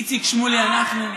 איציק שמולי, אנחנו?